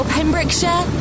Pembrokeshire